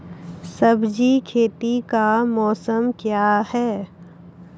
सब्जी खेती का मौसम क्या हैं?